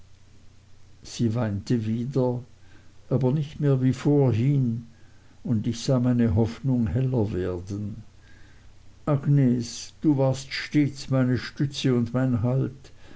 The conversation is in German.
sie weinte wieder aber nicht mehr wie vorhin und ich sah meine hoffnungen heller werden agnes du warst stets meine stütze und mein halt